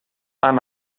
amb